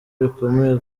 bikomeye